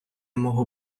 мого